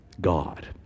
God